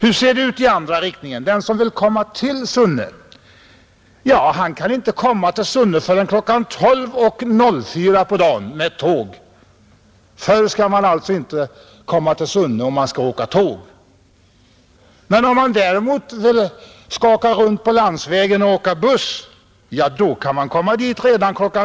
Hur ser det ut i andra riktningen? Den som vill komma till Sunne kan inte komma dit förrän kl. 12.04 på dagen om han åker tåg, men om han däremot vill skaka runt på landsvägen och åka buss, då kan han komma dit redan kl.